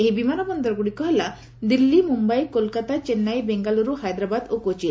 ଏହି ବିମାନ ବନ୍ଦରଗୁଡ଼ିକ ହେଲା ଦିଲ୍ଲୀ ମୁମ୍ୟାଇ କୋଲ୍କାତା ଚେନ୍ନାଇ ବେଙ୍ଗାଲୁରୁ ହାଇଦ୍ରାବାଦ ଓ କୋଚି